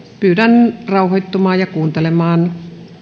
pyydän rauhoittumaan ja kuuntelemaan